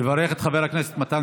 אני מבקש מחברי הכנסת לשבת.